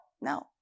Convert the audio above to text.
no